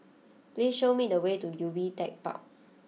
please show me the way to Ubi Tech Park